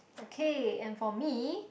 okay and for me